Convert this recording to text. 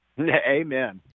Amen